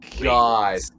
god